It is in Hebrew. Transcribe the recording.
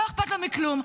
לא אכפת לו מכלום,